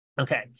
Okay